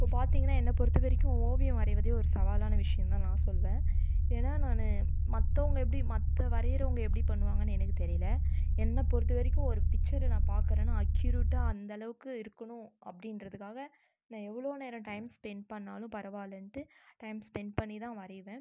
இப்போது பார்த்திங்கனா என்னை பொருத்த வெரைக்கும் ஓவியம் வரைவதே ஒரு சவாலான விஷயந்தான் நான் சொல்வேன் ஏனால் நான் மத்தவங்க எப்படி மற்ற வரையிறவங்க எப்படி பண்ணுவாங்கனு எனக்கு தெரியல என்னை பொருத்த வெரைக்கும் ஒரு பிச்சரை நான் பாக்கறேனா அக்யூரேட்டா அந்த அளவுக்கு இருக்குணும் அப்படின்றதுக்காக நான் எவ்வளோ நேரம் டைம் ஸ்பென்ட் பண்ணாலும் பரவாலைன்ட்டு டைம் ஸ்பென்ட் பண்ணி தான் வரைவேன்